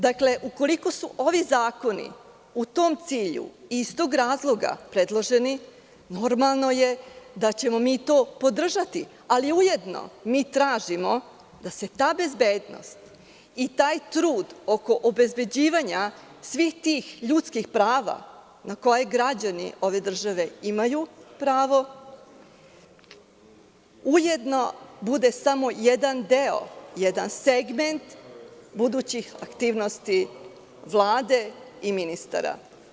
Dakle, ukoliko su ovi zakoni u tom cilju i iz tog razloga predloženi, normalno je da ćemo mi to podržati, ali ujedno mi tražimo da se ta bezbednost i taj trud oko obezbeđivanja svih tih ljudskih prava na koje građani ove države imaju pravo, ujedno bude samo jedan deo, jedan segment budućih aktivnosti Vlade i ministara.